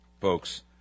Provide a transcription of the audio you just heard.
folks